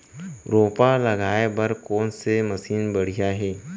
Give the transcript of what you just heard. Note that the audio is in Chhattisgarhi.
रोपा लगाए बर कोन से मशीन बढ़िया हे?